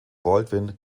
baldwin